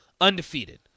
undefeated